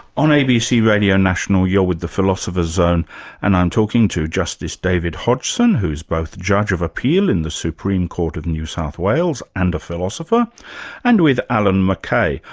on abc radio national you're with the philosopher's zone and i'm talking to justice david hodgson who's both judge of appeal in the supreme court of new south wales and a philosopher and with allan mccay,